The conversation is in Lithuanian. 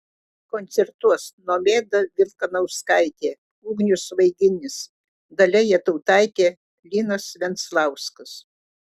koncertuos nomeda vilkanauskaitė ugnius vaiginis dalia jatautaitė linas venclauskas